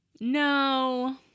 No